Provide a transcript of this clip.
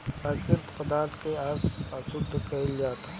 प्राकृतिक पदार्थ के आज अशुद्ध कइल जाता